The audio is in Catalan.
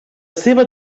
seva